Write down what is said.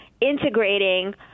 integrating